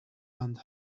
and